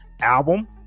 album